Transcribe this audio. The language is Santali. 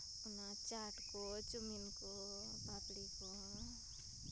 ᱚᱱᱟ ᱪᱟᱴ ᱠᱚ ᱪᱟᱣᱢᱤᱱ ᱠᱚ ᱯᱟᱯᱲᱤ ᱠᱚ